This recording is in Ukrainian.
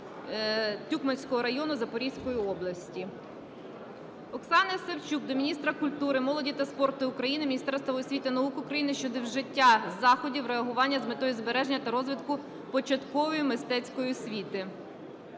Токмацького району Запорізької області. Оксани Савчук до міністра культури, молоді та спорту України, Міністерства освіти і науки України щодо вжиття заходів реагування з метою збереження та розвитку початкової мистецької освіти.